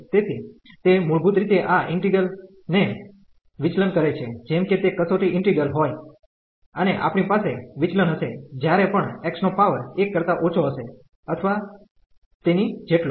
તેથી તે મુળભુત રીતે આ ઈન્ટિગ્રલ ને વિચલન કરે છે જેમ કે તે કસોટી ઈન્ટિગ્રલ હોય અને આપણી પાસે વિચલનન હશે જ્યારે પણ x નો પાવર 1 કારતા ઓછો હશે અથવા તેની જેટલો